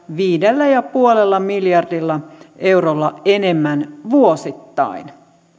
viidellä pilkku viidellä miljardilla eurolla enemmän vuosittain